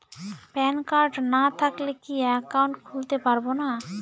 Pan card না থাকলে কি একাউন্ট খুলতে পারবো না?